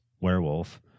werewolf